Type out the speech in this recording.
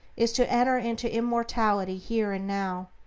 is to enter into immortality here and now,